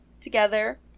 together